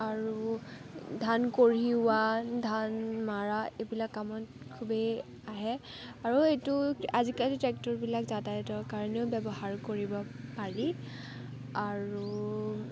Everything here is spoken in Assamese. আৰু ধান কঢ়িওৱা ধান মৰা এইবিলাক কামত খুবেই আহে আৰু এইটো আজিকালি ট্ৰেক্টৰবিলাক যাতায়তৰ কাৰণেও ব্যৱহাৰ কৰিব পাৰি আৰু